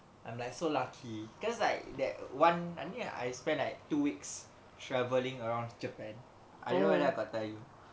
I'm like so lucky cause like that one I think I I spend like two weeks travelling around japan I don't know whether I got tell you